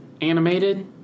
Animated